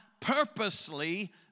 purposely